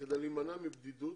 וכדי להימנע מבדידות,